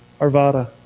Arvada